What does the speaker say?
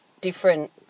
different